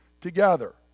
together